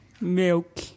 Milk